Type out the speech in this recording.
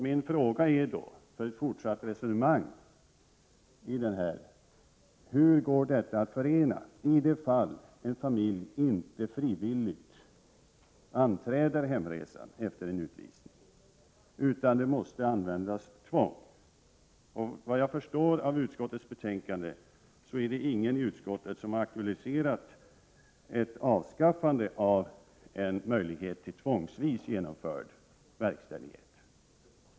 Min fråga är då, inför ett fortsatt resonemang: Hur går detta att förverkliga i de fall en familj inte frivilligt anträder hemresan efter en utvisning utan det måste användas tvång? Vad jag förstår av utskottets betänkande har ingen i utskottet aktualiserat avskaffande av en möjlighet till tvångsvis genomförd verkställighet.